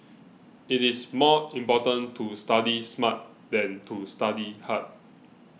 it is more important to study smart than to study hard